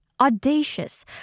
Audacious